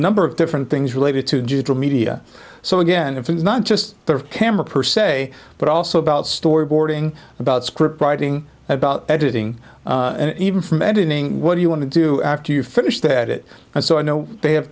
number of different things related to digital media so again if it's not just the camera per se but also about storyboarding about scriptwriting about editing and even from editing what do you want to do after you finish that it and so i know they have